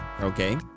Okay